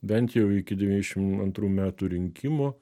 bent jau iki devyniasdešim antrų metų rinkimų